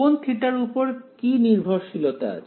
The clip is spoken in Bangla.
কোন θ এর উপর কি নির্ভরশীলতা আছে